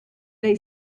they